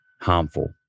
harmful